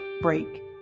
break